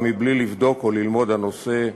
גם מבלי לבדוק או ללמוד את הנושא,